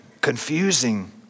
confusing